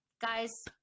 guys